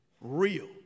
real